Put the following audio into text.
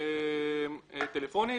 טלפונית,